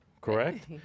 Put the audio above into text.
correct